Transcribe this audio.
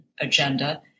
agenda